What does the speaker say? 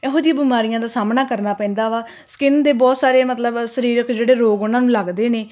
ਇਹੋ ਜਿਹੀ ਬਿਮਾਰੀਆਂ ਦਾ ਸਾਹਮਣਾ ਕਰਨਾ ਪੈਂਦਾ ਵਾ ਸਕਿਨ ਦੇ ਬਹੁਤ ਸਾਰੇ ਮਤਲਬ ਸਰੀਰਕ ਜਿਹੜੇ ਰੋਗ ਉਹਨਾਂ ਨੂੰ ਲੱਗਦੇ ਨੇ